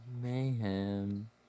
Mayhem